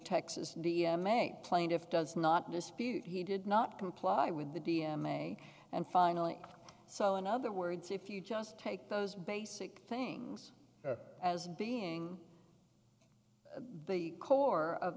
texas d m a plaintiff does not dispute he did not comply with the d m a and finally so in other words if you just take those basic things as being the core of